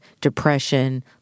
depression